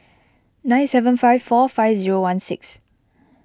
nine seven five four five zero one six